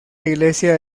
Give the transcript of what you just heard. iglesia